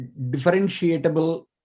differentiable